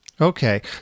Okay